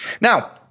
Now